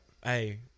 Hey